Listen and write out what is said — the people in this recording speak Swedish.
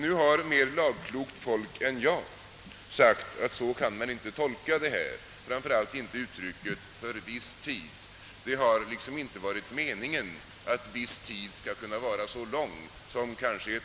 Nu har mer lagklokt folk än jag sagt att så kan man inte tolka detta, framför allt inte uttrycket »för viss tid». Det har inte varit meningen att »viss tid» skall kunna vara så lång som ett år, kanske mer.